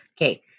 okay